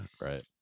Right